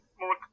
more